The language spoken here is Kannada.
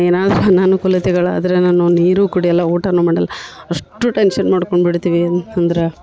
ಏನಾದರೂ ಅನನುಕೂಲತೆಗಳಾದ್ರೆ ನಾನು ನೀರೂ ಕುಡಿಯಲ್ಲ ಊಟನೂ ಮಾಡಲ್ಲ ಅಷ್ಟು ಟೆನ್ಶನ್ ಮಾಡ್ಕೊಂಬಿಡ್ತೀವಿ ಅಂದ್ರೆ